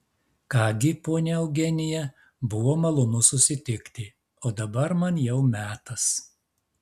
ką gi ponia eugenija buvo malonu susitikti o dabar man jau metas